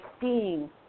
seeing